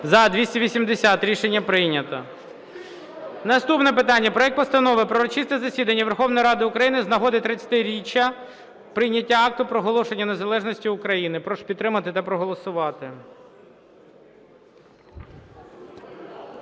За-280 Рішення прийнято. Наступне питання: проект Постанови про урочисте засідання Верховної Ради України з нагоди 30-річчя прийняття Акту проголошення незалежності України. Прошу підтримати та проголосувати.